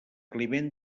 climent